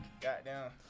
goddamn